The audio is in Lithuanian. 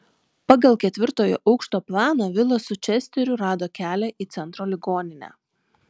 pagal ketvirtojo aukšto planą vilas su česteriu rado kelią į centro ligoninę